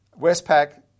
Westpac